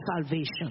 salvation